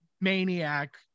maniac